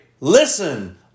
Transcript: listen